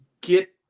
get